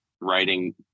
writing